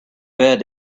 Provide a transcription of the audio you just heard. bed